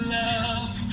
love